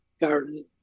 Garden